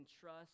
trust